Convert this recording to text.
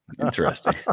Interesting